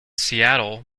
seattle